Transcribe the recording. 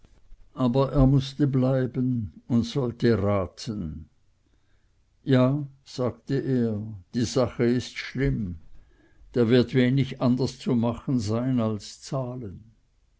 aber er mußte bleiben und sollte raten ja sagte er die sache ist schlimm da wird wenig anders zu machen sein als zahlen